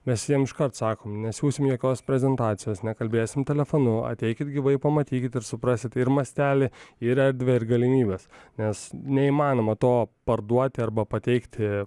mes jiem iškart sakom nesiųsim jokios prezentacijos nekalbėsim telefonu ateikit gyvai pamatykit ir suprasit ir mastelį ir erdvę ir galimybes nes neįmanoma to parduoti arba pateikti